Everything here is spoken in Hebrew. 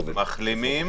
מחלימים,